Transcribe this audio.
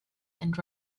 and